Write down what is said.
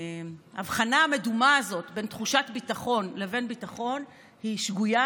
ההבחנה המדומה הזאת בין תחושת ביטחון לבין ביטחון היא שגויה,